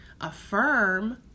affirm